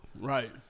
Right